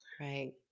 right